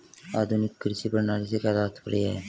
आधुनिक कृषि प्रणाली से क्या तात्पर्य है?